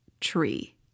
tree